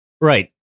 Right